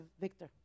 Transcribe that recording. Victor